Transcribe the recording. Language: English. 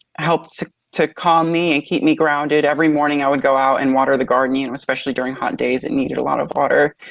helped to calm me and keep me grounded. every morning i would go out and water the garden. you know especially during hot days it needed a lot of water.